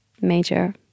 major